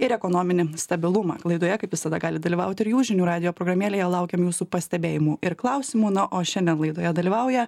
ir ekonominį stabilumą laidoje kaip visada galit dalyvaut ir jūs žinių radijo programėlėje laukiam jūsų pastebėjimų ir klausimų na o šiandien laidoje dalyvauja